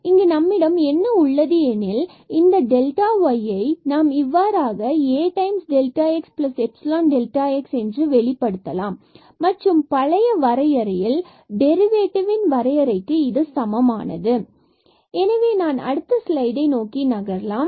இங்கு நம்மிடம் என்ன உள்ளது எனில் இந்த டெல்டாவை yஐ நாம் இவ்வாறாக Axϵx என வெளிப்படுத்தலாம் மற்றும் பழைய வரையறையில் டெரிவேட்டிவ் வரையறைக்கு சமமானது எனவே நான் அடுத்த ஸ்லைடை நோக்கி நகர்வோம்